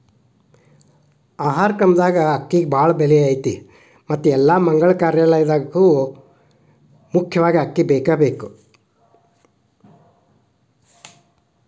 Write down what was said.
ಆಹಾರ ಕ್ರಮದಾಗ ಅಕ್ಕಿಗೆ ಬಾಳ ಬೆಲೆ ಐತಿ ಮತ್ತ ಎಲ್ಲಾ ಮಗಳ ಕಾರ್ಯದಾಗು ಮುಖ್ಯವಾಗಿ ಅಕ್ಕಿ ಬೇಕಬೇಕ